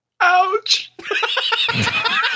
Ouch